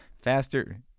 faster